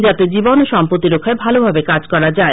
যাতে জীবন ও সম্পত্তি রক্ষায় ভালোভাবে কাজ করা যায়